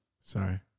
sorry